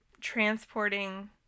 transporting